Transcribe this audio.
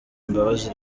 imbabazi